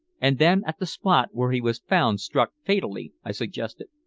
and then at the spot where he was found struck fatally, i suggested.